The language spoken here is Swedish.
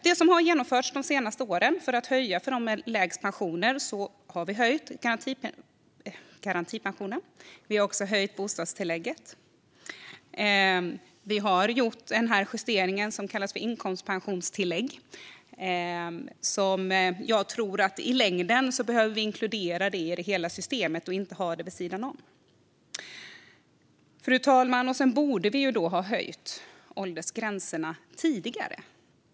Det som har genomförts de senaste åren är att vi har höjt garantipensionen för dem som har lägst pension. Vi har också höjt bostadstillägget. Vi har gjort den justering som kallas för inkomstpensionstillägg. Jag tror att vi i längden behöver inkludera detta i hela systemet och inte ha det vid sidan om. Fru talman! Vi borde också ha höjt åldersgränserna tidigare.